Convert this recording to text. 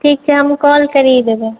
ठीक छै हमहुँ कॉल करी देबै